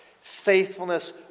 Faithfulness